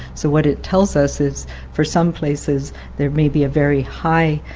so what it tells us is for some places there may be a very high